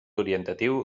orientatiu